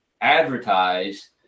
advertise